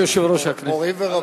תודה ליושב-ראש הכנסת.